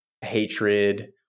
hatred